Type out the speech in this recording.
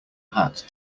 hat